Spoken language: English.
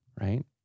Right